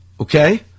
Okay